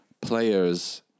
players